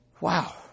Wow